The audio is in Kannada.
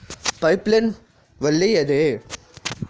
ಪೈಪ್ ಲೈನ್ ಒಳ್ಳೆಯದೇ?